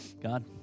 God